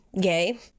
gay